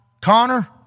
Connor